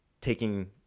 taking